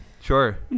Sure